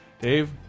Dave